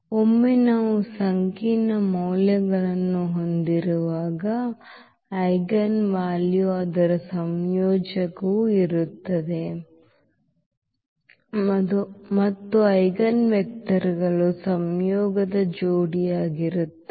ಒಮ್ಮೆ ನಾವು ಸಂಕೀರ್ಣ ಮೌಲ್ಯವನ್ನು ಹೊಂದಿರುವಾಗ ಐಜೆನ್ವಾಲ್ಯೂ ಅದರ ಸಂಯೋಜಕವು ಇರುತ್ತದೆ ಮತ್ತು ಐಜೆನ್ವೆಕ್ಟರ್ಗಳು ಸಂಯೋಗದ ಜೋಡಿಯಾಗಿರುತ್ತವೆ